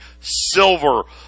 silver